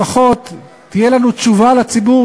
לפחות תהיה לנו תשובה לציבור,